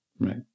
Right